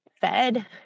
fed